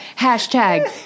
hashtag